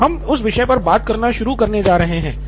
तो हम उस विषय पर बात करना शुरू करने जा रहे हैं